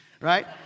right